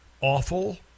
awful